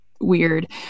weird